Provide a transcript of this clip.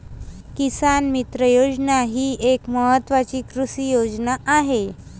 किसान मित्र योजना ही एक महत्वाची कृषी योजना आहे